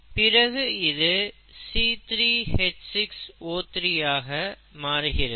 பிறகு இது C3H6O3 ஆக மாறுகிறது